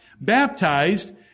baptized